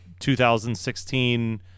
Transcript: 2016